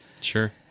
Sure